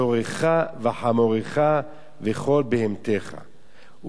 ושורך וחמֹרך וכל בהמתך",